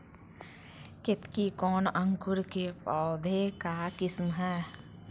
केतकी कौन अंकुर के पौधे का किस्म है?